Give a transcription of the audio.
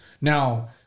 Now